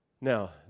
Now